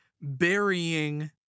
burying